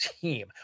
team